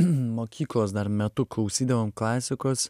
mokyklos dar metu klausydavom klasikos